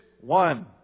one